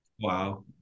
Wow